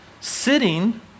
sitting